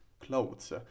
clothes